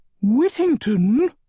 Whittington